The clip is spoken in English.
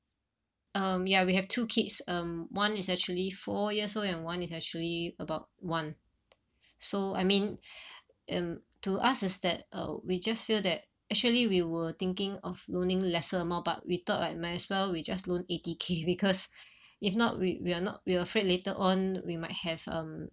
um ya we have two kids um one is actually four years old and one is actually about one so I mean um to us is that uh we just feel that actually we were thinking of loaning lesser amount but we thought like might as well we just loan eighty K because if not we we are not we afraid later on we might have um